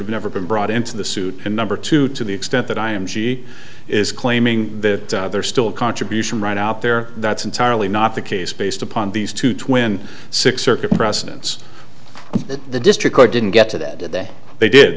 have never been brought into the suit and number two to the extent that i am she is claiming that there are still contribution right out there that's entirely not the case based upon these two twin six circuit precedence that the district court didn't get to that they did they they